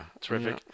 Terrific